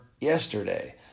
yesterday